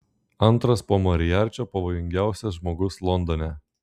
antras po moriarčio pavojingiausias žmogus londone